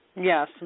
Yes